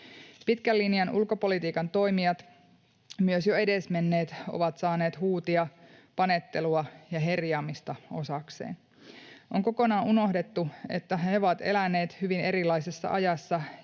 Pitkän linjan ulkopolitiikan toimijat, myös jo edesmenneet, ovat saaneet huutia, panettelua ja herjaamista osakseen. On kokonaan unohdettu, että he ovat eläneet hyvin erilaisessa ajassa ja